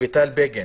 אביטל בגין.